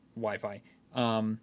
Wi-Fi